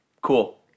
Cool